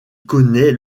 connaît